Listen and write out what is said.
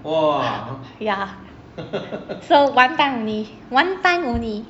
yeah so one time only one time only